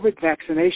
vaccination